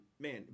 man